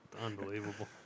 unbelievable